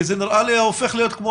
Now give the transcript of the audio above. כי זה נראה לי הופך להיות כמו